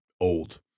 old